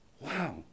Wow